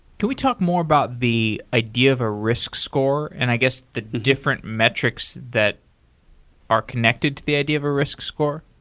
can we talk more about the idea of a risk score, and i guess the different metrics that are connected to the idea of a risk score?